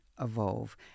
evolve